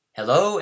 Hello